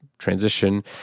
transition